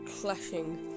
clashing